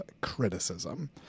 criticism